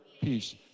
peace